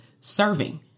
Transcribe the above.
serving